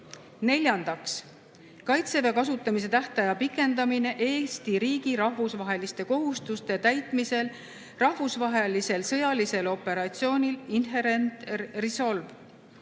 Neljandaks, "Kaitseväe kasutamise tähtaja pikendamine Eesti riigi rahvusvaheliste kohustuste täitmisel rahvusvahelisel sõjalisel operatsioonil Inherent Resolve".